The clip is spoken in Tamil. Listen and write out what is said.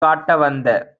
காட்டவந்த